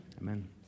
Amen